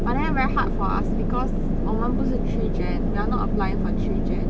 but then very hard for us because 我们不是 three gen we are not applying for three gen